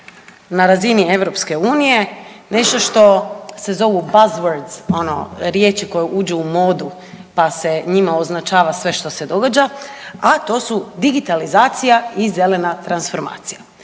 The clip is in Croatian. na razini EU nešto što se zovu buzzwords ono riječi koje uđu u modu pa se njima označava sve što se događa, a to su digitalizacija i zelena transformacija.